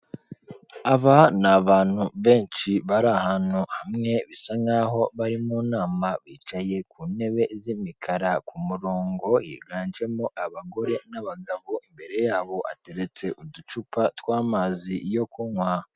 Aba ni abantu benshi bari ahantu hamwe bisa nkaho bari mu nama. Bicaye ku ntebe z'imikara ku murongo yiganjemo abagore n'abagabo, imbere yabo hateretse uducupa tw'amazi yo kunywa.